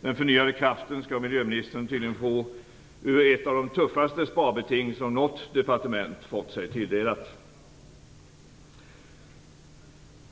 Den förnyade kraften skall miljöministern tydligen få ur ett av de tuffaste sparbeting som något departement har fått sig tilldelat.